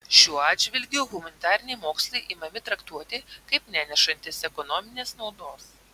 šiuo atžvilgiu humanitariniai mokslai imami traktuoti kaip nenešantys ekonominės naudos